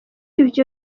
ivyo